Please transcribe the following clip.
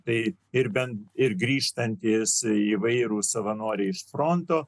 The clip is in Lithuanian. tai ir ir grįžtantys įvairūs savanoriai iš fronto